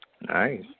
Nice